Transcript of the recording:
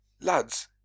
Lads